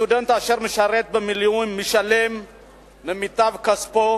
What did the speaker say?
סטודנט אשר משרת במילואים ומשלם במיטב כספו